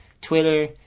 Twitter